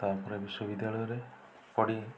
ତା'ପରେ ବିଶ୍ଵବିଦ୍ୟାଳୟରେ ପଢ଼ି